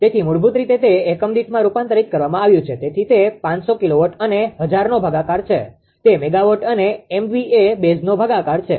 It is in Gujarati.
તેથી મૂળભૂત રીતે તે એકમ દીઠમાં રૂપાંતરિત કરવામાં આવ્યું છે તેથી તે 500 કિલોવોટ અને 1000નો ભાગાકાર છે તે મેગાવોટ અને MVA બેઝનો ભાગાકાર છે